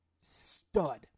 stud